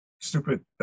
stupid